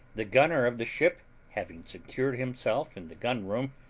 the gunner of the ship having secured himself in the gun-room,